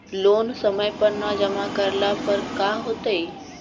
Loan समय पर न जमा करला पर का होतइ?